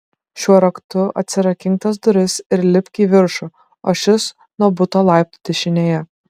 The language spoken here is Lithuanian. šiuo raktu atsirakink tas duris ir lipk į viršų o šis nuo buto laiptų dešinėje